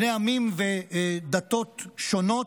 בני עמים ודתות שונות,